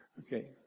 Okay